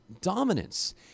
dominance